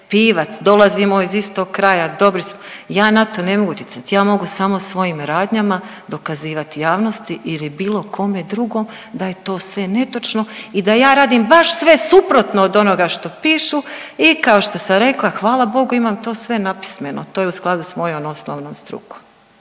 Pivac, dolazimo iz istog kraja, dobri smo, ja na to ne mogu utjecat. Ja mogu samo svojim radnjama dokazivati javnosti ili bilo kome drugom da je to sve netočno i da ja radim baš sve suprotno od onoga što pišu. I kao što sam rekla hvala bogu imam to sve napismeno, to je u skladu s mojom osnovnom strukom.